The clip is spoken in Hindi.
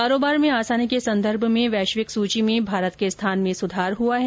कारोबार में आसानी के संदर्भ में वैश्विक सूची में भारत के स्थान में सुधार हुआ है